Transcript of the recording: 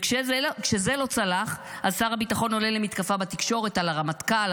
וכשזה לא צלח אז שר הביטחון עולה למתקפה בתקשורת על הרמטכ"ל,